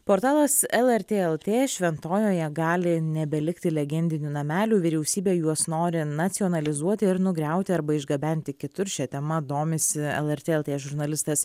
portalas lrt lt šventojoje gali nebelikti legendinių namelių vyriausybė juos nori nacionalizuoti ir nugriauti arba išgabenti kitur šia tema domisi lrt lt žurnalistas